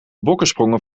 bokkensprongen